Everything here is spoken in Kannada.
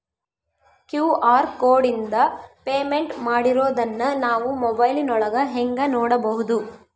ಕ್ಯೂ.ಆರ್ ಕೋಡಿಂದ ಪೇಮೆಂಟ್ ಮಾಡಿರೋದನ್ನ ನಾವು ಮೊಬೈಲಿನೊಳಗ ಹೆಂಗ ನೋಡಬಹುದು?